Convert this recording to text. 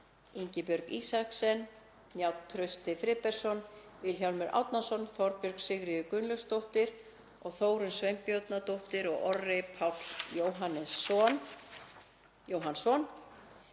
Ingibjörg Isaksen, Njáll Trausti Friðbertsson, Vilhjálmur Árnason, Þorbjörg Sigríður Gunnlaugsdóttir, Þórunn Sveinbjarnardóttir og Orri Páll Jóhannsson.